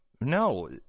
no